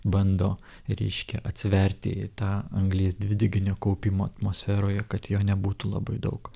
bando reiškia atsverti tą anglies dvideginio kaupimo atmosferoje kad jo nebūtų labai daug